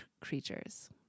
creatures